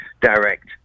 direct